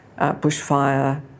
bushfire